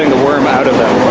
and worm out of them